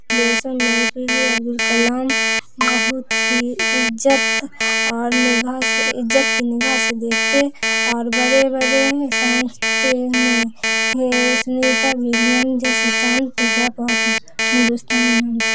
دیشوں میں A P J Abdul Kalam بہت ہی عزت اور نگاہ سے عزت کی نگاہ سے دیکھتے اور بڑے بڑے سائنسٹ نے سنیتا ولیم جیسے چاند پجا پہت ہندوستانی نام سے